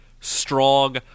strong